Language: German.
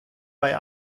bei